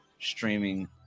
streaming